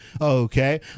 Okay